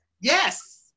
Yes